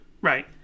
right